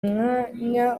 mwanya